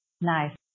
Nice